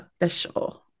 official